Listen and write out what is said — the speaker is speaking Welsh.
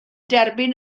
derbyn